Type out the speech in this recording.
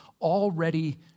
already